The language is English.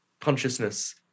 consciousness